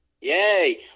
Yay